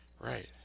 Right